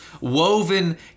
woven